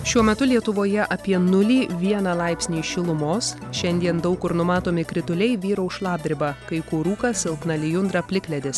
šiuo metu lietuvoje apie nulį vieną laipsnį šilumos šiandien daug kur numatomi krituliai vyraus šlapdriba kai kur rūkas silpna lijundra plikledis